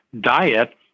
diet